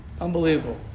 unbelievable